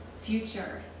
future